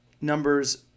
numbers